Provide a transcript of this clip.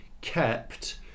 kept